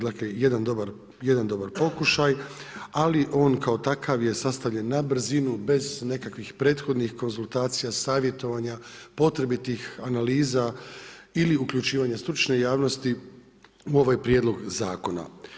Dakle, jedan dobar pokušaj ali on kao takav je sastavljen na brzinu, bez nekakvih prethodnih konzultacija, savjetovanja, potrebitih analiza ili uključivanja stručne javnosti u ovaj prijedlog zakona.